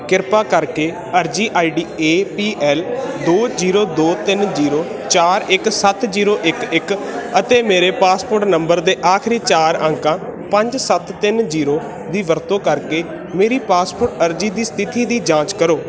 ਕ੍ਰਿਪਾ ਕਰਕੇ ਅਰਜ਼ੀ I D A P L ਦੋ ਜੀਰੋ ਦੋ ਤਿੰਨ ਜੀਰੋ ਚਾਰ ਇੱਕ ਸੱਤ ਜੀਰੋ ਇੱਕ ਇੱਕ ਅਤੇ ਮੇਰੇ ਪਾਸਪੋਰ੍ਟ ਨੰਬਰ ਦੇ ਆਖਰੀ ਚਾਰ ਅੰਕਾਂ ਪੰਜ ਸੱਤ ਤਿੰਨ ਜੀਰੋ ਦੀ ਵਰਤੋਂ ਕਰਕੇ ਮੇਰੀ ਪਾਸਪੋਰ੍ਟ ਅਰਜ਼ੀ ਦੀ ਸਥਿਤੀ ਦੀ ਜਾਂਚ ਕਰੋ